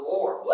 Lord